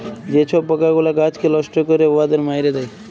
যে ছব পকাগুলা গাহাচকে লষ্ট ক্যরে উয়াদের মাইরে দেয়